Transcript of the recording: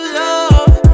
love